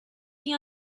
the